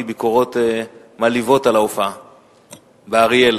ביקורות מלהיבות על ההופעה באריאל.